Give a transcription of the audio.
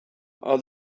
are